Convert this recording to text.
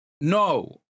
no